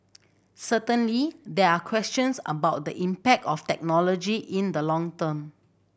certainly there are questions about the impact of technology in the long term